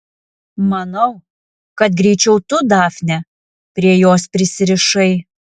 manau kad greičiau tu dafne prie jos prisirišai